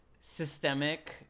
systemic